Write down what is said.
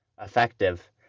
effective